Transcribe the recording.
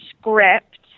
script